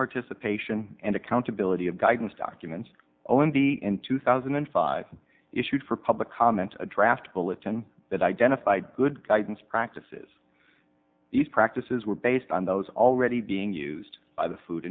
participation and accountability of guidance documents o m d in two thousand and five issued for public comment a draft bulletin that identified good guidance practices these practices were based on those already being used by the food